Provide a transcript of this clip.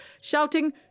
shouting